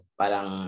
parang